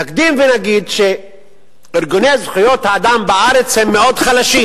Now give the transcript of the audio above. נקדים ונגיד שארגוני זכויות האדם בארץ הם מאוד חלשים.